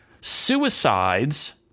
suicides